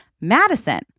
Madison